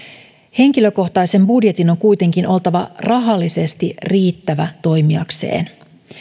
henkilökohtaisen budjetin on kuitenkin oltava rahallisesti riittävä toimiakseen